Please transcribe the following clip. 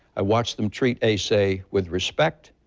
i watched them treat asay with respect,